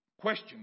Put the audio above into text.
question